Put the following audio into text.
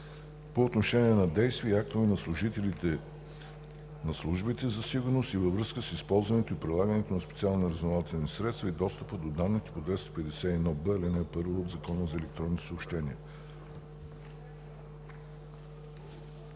по отношение на действия и актове на служителите на службите за сигурност и във връзка с използването и прилагането на специалните разузнавателни средства и достъпът до данните по чл. 251б, ал. 1 от Закона за електронните съобщения.